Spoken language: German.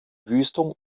wüstung